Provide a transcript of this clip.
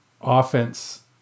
offense